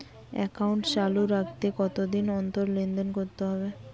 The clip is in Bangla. একাউন্ট চালু রাখতে কতদিন অন্তর লেনদেন করতে হবে?